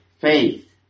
faith